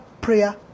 prayer